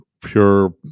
pure